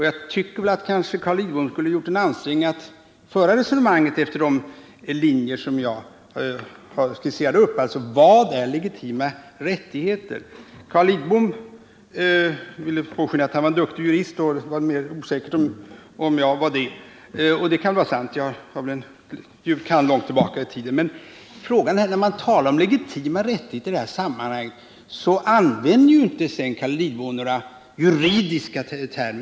Jag tycker att Carl Lidbom kunde ha gjort en ansträngning för att föra resonemanget efter de linjer som jag skisserade, dvs. resonemanget om vad som är legitima rättigheter. Carl Lidbom ville låta påskina att han var en duktig jurist och att det var mera osäkert om jag var det, och det kan ju vara riktigt, även om jag har en jur. kand. långt tillbaka i tiden. Men om vi nu skall tala om legitima rättigheter, så använde ju inte heller Carl Lidbom några juridiska termer.